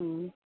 हं